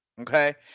Okay